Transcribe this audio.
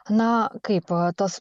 na kaip tos